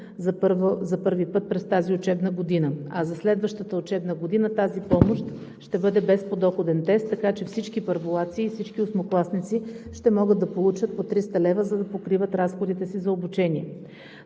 за първи път през тази учебна година. А за следващата учебна година тази помощ ще бъде без подоходен тест, така че всички първолаци и всички осмокласници ще могат да получат по 300 лв., за да покриват разходите си за обучение.